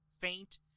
faint